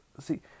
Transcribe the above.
see